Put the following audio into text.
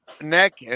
neck